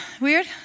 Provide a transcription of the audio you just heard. Weird